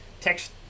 text